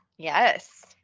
Yes